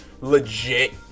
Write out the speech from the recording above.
legit